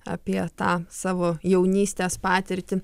apie tą savo jaunystės patirtį